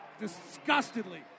disgustedly